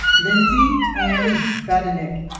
lindsey ann badanek